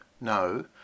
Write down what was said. No